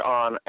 on